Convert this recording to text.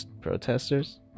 protesters